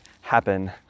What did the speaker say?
happen